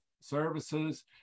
services